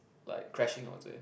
like crashing onto him